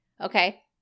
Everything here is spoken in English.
okay